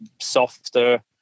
softer